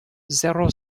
zéro